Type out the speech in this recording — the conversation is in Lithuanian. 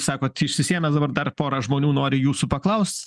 sakot išsisėmęs dabar dar pora žmonių nori jūsų paklaus